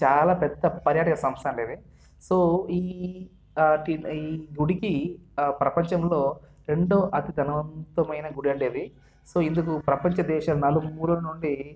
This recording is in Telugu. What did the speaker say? ఇది చాలా పెద్ద పర్యాటక సంస్థ అండి ఇది సో ఈ సో ఈ గుడికి ప్రపంచంలో రెండో అతి ధనవంతమైన గుడి అండి అది సో ఇందుకు ప్రపంచ దేశ నలుమూలలు నుండి